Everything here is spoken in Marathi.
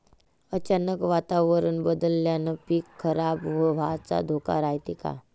अचानक वातावरण बदलल्यानं पीक खराब व्हाचा धोका रायते का?